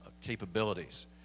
capabilities